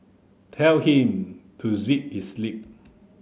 tell him to zip his lip